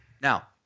Now